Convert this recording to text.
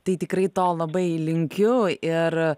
tai tikrai to labai linkiu ir